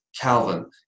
Calvin